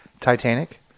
Titanic